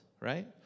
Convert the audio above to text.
Right